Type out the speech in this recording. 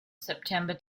september